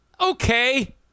okay